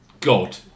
god